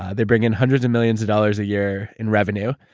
ah they bring in hundreds of millions of dollars a year in revenue,